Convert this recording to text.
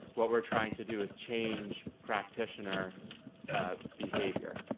what we are trying to do is change practitioner ah behavior.